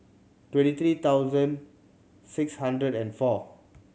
twenty three thousand six hundred and four